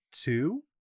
two